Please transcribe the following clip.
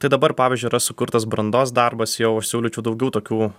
tai dabar pavyzdžiui yra sukurtas brandos darbas jau siūlyčiau daugiau tokių